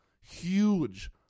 huge